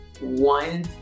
one